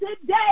today